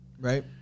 Right